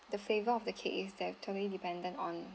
the flavor of the cake is actually dependent on